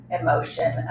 emotion